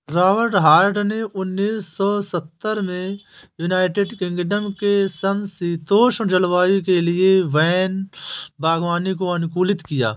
Robert Hart ने उन्नीस सौ सत्तर में यूनाइटेड किंगडम के समषीतोष्ण जलवायु के लिए वैन बागवानी को अनुकूलित किया